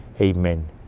amen